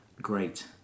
great